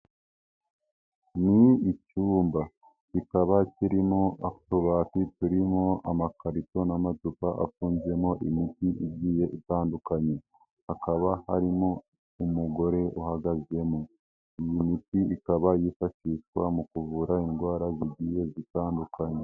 Ni icyuyumba kikaba kirimo utubati turimo amakarito n'amacupa afunzemo imiti igiye itandukanye. Hakaba harimo umugore uhagaze mu iyi miti, ikaba yifashishwa mu kuvura indwara zigiye zitandukanye.